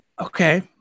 okay